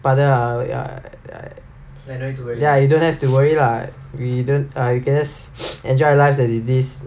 பட:pada ya ya ya you don't have to worry lah we don't ah you can just enjoy life as it is